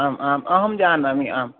आम् आम् अहं जानामि आम्